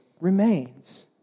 remains